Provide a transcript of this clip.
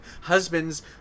Husbands